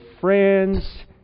friends